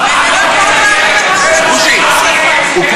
אתה המסית